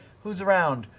who's around?